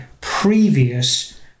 previous